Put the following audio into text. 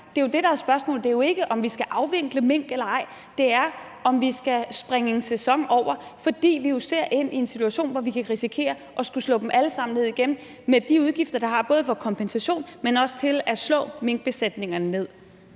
Det er jo det, der er spørgsmålet. Det er jo ikke, om vi skal afvikle mink eller ej. Det er, om vi skal springe en sæson over, fordi vi jo ser ind i en situation, hvor vi kan risikere at skulle slå dem alle sammen ned igen med de udgifter, det har, både til kompensation, men også til at slå minkbesætninger ned.